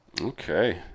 Okay